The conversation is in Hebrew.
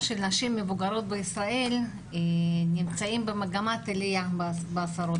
של נשים מבוגרות בישראל נמצאים במגמת עלייה.